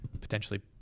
potentially